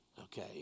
Okay